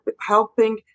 helping